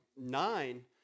nine